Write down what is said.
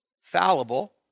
fallible